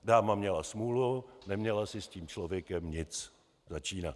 Dáma měla smůlu, neměla si s tím člověkem nic začínat.